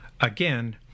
again